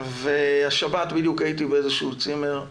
השבת בדיוק הייתי בצימר,